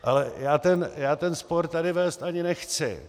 Ale já ten spor tady vést ani nechci.